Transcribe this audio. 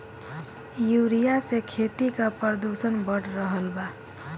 urea से खेती क प्रदूषण बढ़ रहल बा